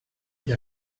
gli